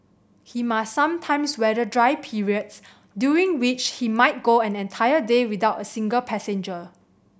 he must sometimes weather dry periods during which he might go an entire day without a single passenger